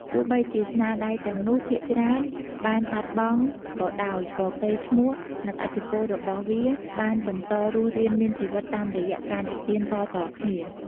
ទោះបីជាស្នាដៃទាំងនោះភាគច្រើនបានបាត់បង់ក៏ដោយ ក៏កេរ្តិ៍ឈ្មោះ និងឥទ្ធិពលរបស់វាបានបន្តរស់រានមានជីវិតតាមរយៈការនិទានតៗគ្នា។